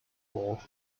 ward